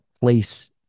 place